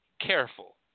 careful